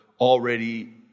already